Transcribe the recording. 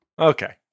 Okay